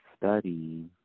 study